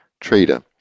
trader